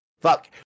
Fuck